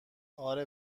آره